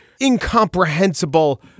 incomprehensible